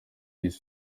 this